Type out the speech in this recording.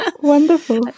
Wonderful